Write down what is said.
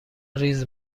ریز